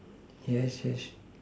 yes yes